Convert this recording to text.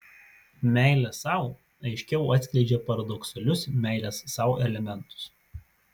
meilė sau aiškiau atskleidžia paradoksalius meilės sau elementus